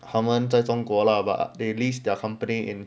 他们在中国 lah but they leased their company in